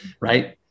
right